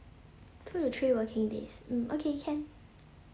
two to three working days mm okay can